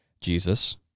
Jesus